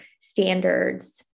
standards